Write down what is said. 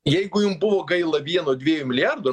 jeigu jum buvo gaila vieno dviejų milijardų